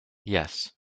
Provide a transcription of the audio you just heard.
yes